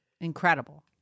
Incredible